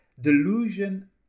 delusion